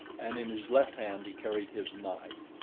and in his left hand he carried his knife.